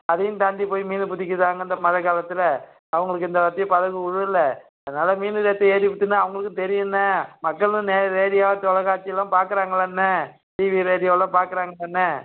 அதையும் தாண்டிப் போய் மீன் பிடிக்கறாங்க இந்த மழைக் காலத்தில் அவங்குளுக்கு இந்த வாட்டி படகு விழுல அதனால் மீன் ரேட்டு ஏறிப்புட்டுன்னு அவங்களுக்கும் தெரியுமுண்ணே மக்களும் நே ரேடியோ தொலைக்காட்சிலாம் பார்க்கறாங்கல்லண்ணே டிவி ரேடியோவெல்லாம் பார்க்கறாங்கண்ணே